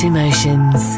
Emotions